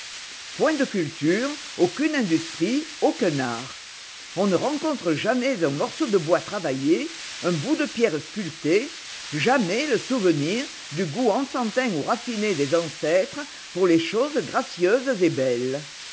point de culture aucune industrie aucun art on ne rencontre jamais un morceau de bois travaillé un bout de pierre sculptée jamais le souvenir du goût enfantin ou raffiné des ancêtres pour les choses gracieuses et belles